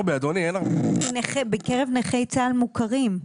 בקרב נכי צה"ל מוכרים.